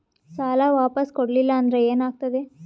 ಸಾಲ ವಾಪಸ್ ಕೊಡಲಿಲ್ಲ ಅಂದ್ರ ಏನ ಆಗ್ತದೆ?